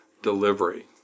Delivery